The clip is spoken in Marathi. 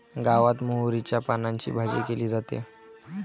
गावात मोहरीच्या पानांची भाजी केली जाते